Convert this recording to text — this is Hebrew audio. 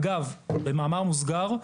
אגב, במאמר מוסגר,